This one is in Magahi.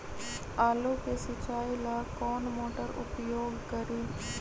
आलू के सिंचाई ला कौन मोटर उपयोग करी?